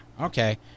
okay